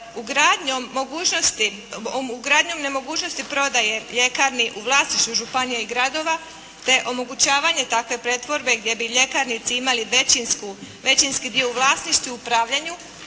Ugradnjom nemogućnosti prodaje ljekarni u vlasništvu županija i gradova te omogućavanje takve pretvorbe gdje bi ljekarnici imali većinski dio u vlasništvu u upravljanju